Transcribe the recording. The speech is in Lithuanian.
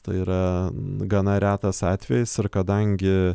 tai yra gana retas atvejis ir kadangi